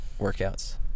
workouts